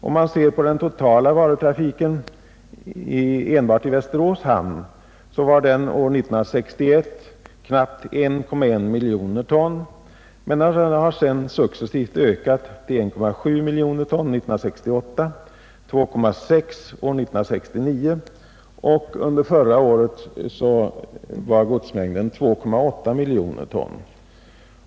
Om man ser på den totala varutrafiken i enbart Västerås hamn, så var den år 1961 knappt 1,1 miljoner ton men den har sedan successivt ökat till 1,7 miljoner ton år 1968, 2,6 miljoner ton år 1969 och 2,8 miljoner ton under förra året.